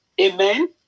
Amen